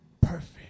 perfect